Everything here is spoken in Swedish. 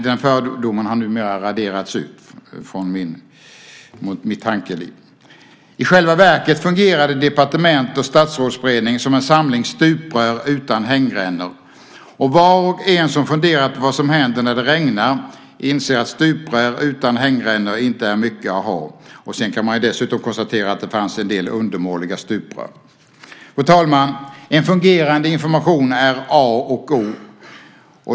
Den fördomen har numera raderats ut från mitt tankeliv. I själva verket fungerade departement och Statsrådsberedning som en samling stuprör utan hängrännor. Och var och en som funderat på vad som händer när det regnar inser att stuprör utan hängrännor inte är mycket att ha. Sedan kan man dessutom konstatera att det fanns en del undermåliga stuprör. Fru talman! En fungerande information är A och O.